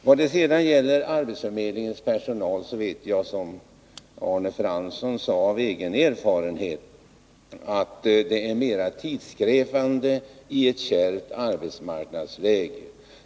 När det gäller arbetsförmedlingens personal vet jag, som Arne Fransson sade, av egen erfarenhet att dess arbete är mera tidskrävande i ett kärvt arbetsmarknadsläge.